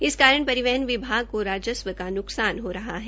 इस कारण परिवहन विभाग को राजस्व का न्कसान हो रहा है